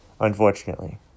Unfortunately